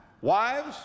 wives